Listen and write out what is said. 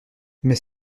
mais